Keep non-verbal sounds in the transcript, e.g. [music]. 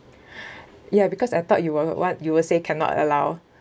[breath] ya because I thought you were what you were say cannot allow